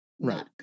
right